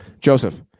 Joseph